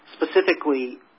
Specifically